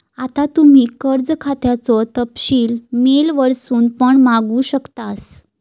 आता तुम्ही कर्ज खात्याचो तपशील मेल वरसून पण मागवू शकतास